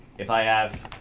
if i have